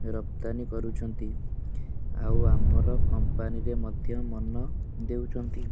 ରପ୍ତାନି କରୁଛନ୍ତି ଆଉ ଆମର କମ୍ପାନୀରେ ମଧ୍ୟ ମନ ଦେଉଛନ୍ତି